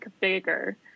bigger